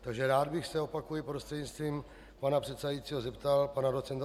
Takže rád bych se opakuji prostřednictvím pana předsedajícího zeptal pana doc.